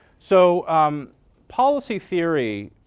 so um policy theory